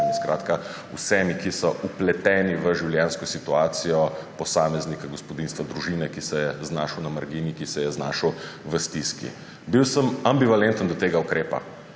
skratka vsemi, ki so vpleteni v življenjsko situacijo posameznika, gospodinjstva, družine, ki so se znašli na margini, ki so se znašli v stiski. Bil sem ambivalenten do tega ukrepa,